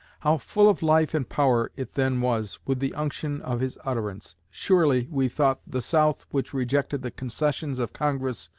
how full of life and power it then was, with the unction of his utterance! surely, we thought, the south, which rejected the concessions of congress,